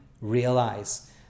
realize